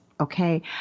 okay